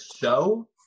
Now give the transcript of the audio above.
show